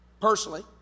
personally